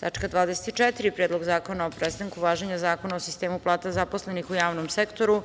24. – Predlog zakona o prestanku važenja Zakona u sistemu plata zaposlenih u javnom sektoru,